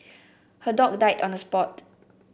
her dog died on the spot